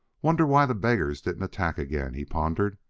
wonder why the beggars didn't attack again, he pondered.